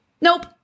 nope